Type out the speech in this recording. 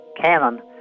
cannon